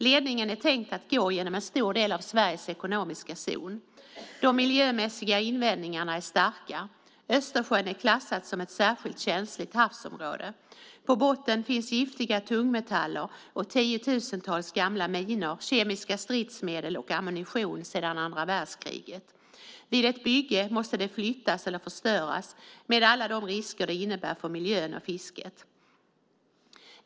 Ledningen är tänkt att gå genom en stor del av Sveriges ekonomiska zon. De miljömässiga invändningarna är starka. Östersjön är klassat som ett särskilt känsligt havsområde. På botten finns giftiga tungmetaller och tiotusentals gamla minor, kemiska stridsmedel och ammunition sedan andra världskriget. Vid ett bygge måste de flyttas eller förstöras med alla de risker som det innebär för miljön och fisket.